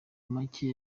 macye